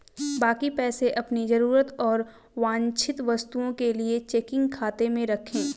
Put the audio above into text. बाकी पैसे अपनी जरूरत और वांछित वस्तुओं के लिए चेकिंग खाते में रखें